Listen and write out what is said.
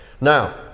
Now